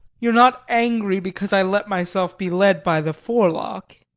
you are not angry because i let myself be led by the forelock?